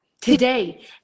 Today